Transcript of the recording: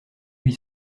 huit